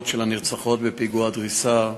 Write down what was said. של הנרצחות בפיגוע הדריסה בירושלים,